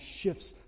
shifts